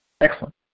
Excellent